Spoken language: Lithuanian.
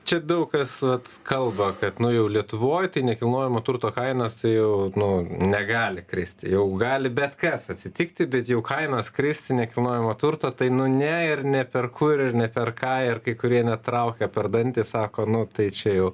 čia daug kas vat kalba kad nu jau lietuvoj tai nekilnojamo turto kainos tai jau nu negali kristi jau gali bet kas atsitikti bet jau kainos kristi nekilnojamo turto tai nu ne ir nė per kur ir nė per ką ir kai kurie net traukia per dantį sako nu tai čia jau